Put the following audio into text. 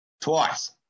Twice